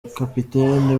kapiteni